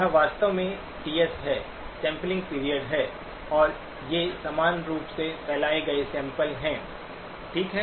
यह वास्तव में टीएस है सैंपलिंग पीरियड है और ये समान रूप से फैलाए गए सैंपल हैं ठीक है